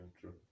true